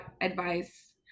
advice